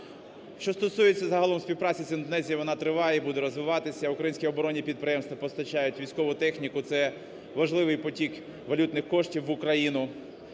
Що стосується загалом співпраці з Індонезією, вона триває і буде розвиватися. Українські оборонні підприємства постачають військову техніку, це важливий потік валютних коштів в Україну.